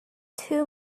two